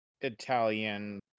Italian